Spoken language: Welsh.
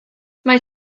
mae